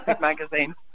magazine